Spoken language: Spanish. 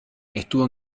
estuvo